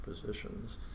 positions